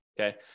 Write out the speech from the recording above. okay